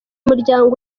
muryango